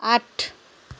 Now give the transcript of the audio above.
आठ